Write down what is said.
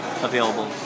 available